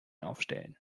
aufstellen